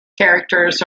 characters